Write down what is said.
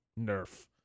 Nerf